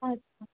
আচ্ছা